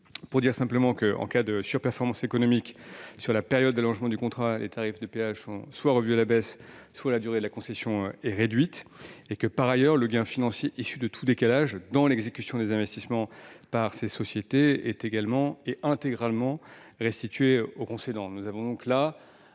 contrats historiques, en cas de surperformance économique sur la période d'allongement du contrat soit les tarifs de péage sont revus à la baisse, soit la durée de la concession est réduite. Par ailleurs, le gain financier issu de tout décalage dans l'exécution des investissements par ces sociétés est également et intégralement restitué au concédant.